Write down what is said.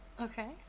Okay